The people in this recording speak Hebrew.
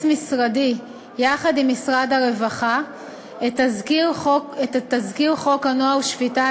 משרדי יחד עם משרד הרווחה את תזכיר חוק הנוער (שפיטה,